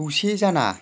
खौसे जाना